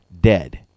dead